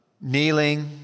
kneeling